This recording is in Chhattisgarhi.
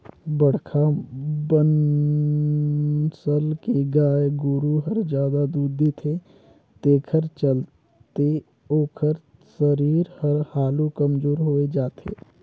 बड़खा बनसल के गाय गोरु हर जादा दूद देथे तेखर चलते ओखर सरीर हर हालु कमजोर होय जाथे